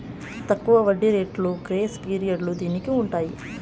తక్కువ వడ్డీ రేట్లు గ్రేస్ పీరియడ్లు దీనికి ఉంటాయి